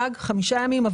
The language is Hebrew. גג חמישה ימים,